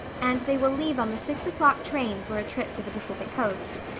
and they will leave on the six o'clock train for a trip to the pacific coast.